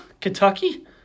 Kentucky